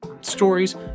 stories